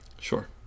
Sure